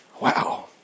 Wow